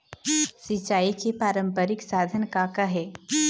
सिचाई के पारंपरिक साधन का का हे?